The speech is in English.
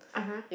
(uh huh)